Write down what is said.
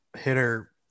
hitter